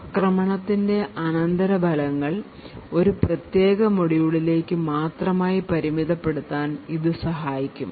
ആക്രമണത്തിന്റെ അനന്തരഫലങ്ങൾ ഒരു പ്രത്യേക മൊഡ്യൂളിലേക്ക് മാത്രമായി പരിമിതപ്പെടുത്താൻ ഇത് സഹായിക്കും